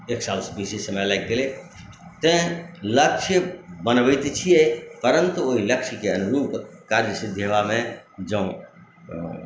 एक सालसँ बेसी समय लागि गेलै तैँ लक्ष्य बनबै तऽ छियै परन्तु ओहि लक्ष्यके अनुरूप काज जे छै से होयबामे जँ